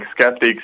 skeptics